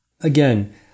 Again